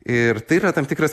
ir tai yra tam tikras